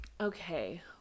Okay